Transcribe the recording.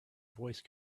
voice